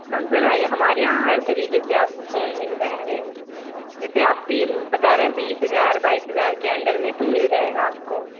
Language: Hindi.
हाँ सर आइए हमारे यहाँ हर तरीक़े से आपको फोन मिल जाएंगे जैसे आप बी बता रहे हैं बीस हज़ार बाईस हज़ार के अंडर में तो मिल जाएगा आपको